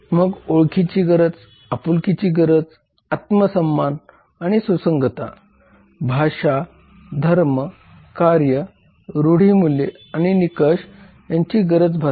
मग ओळखीची गरज आपुलकीची भावना आत्म सन्मान आणि सुसंगतता भाषा धर्म कार्य रूढी मूल्ये आणि निकष यांची गरज भासते